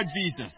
Jesus